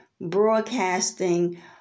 broadcasting